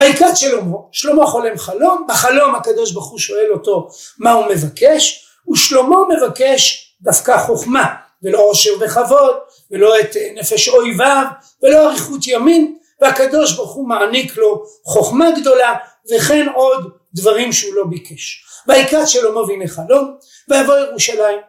ויקץ שלמה, שלמה חולם חלום, בחלום הקדוש ברוך הוא שואל אותו מה הוא מבקש, ושלמה מבקש דווקא חוכמה, ולא עושר וכבוד, ולא את נפש אויביו, ולא אריכות ימין, והקדוש ברוך הוא מעניק לו חוכמה גדולה וכן עוד דברים שהוא לא ביקש. ויקץ שלמה והנה חלום, ויבוא ירושלים